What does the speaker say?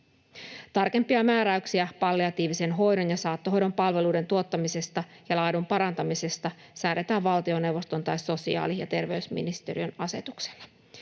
Tarkempia määräyksiä palliatiivisen hoidon ja saattohoidon palveluiden tuottamisesta ja laadun parantamisesta säädetään valtioneuvoston tai sosiaali‑ ja terveysministeriön asetuksella.”